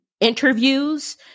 interviews